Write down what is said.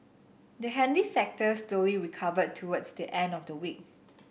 the handy sector slowly recovered towards the end of the week